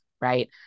right